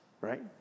right